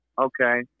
Okay